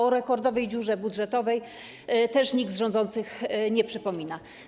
O rekordowej dziurze budżetowej też nikt z rządzących nie przypomina.